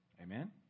Amen